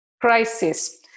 crisis